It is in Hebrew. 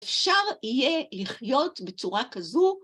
‫אפשר יהיה לחיות בצורה כזו...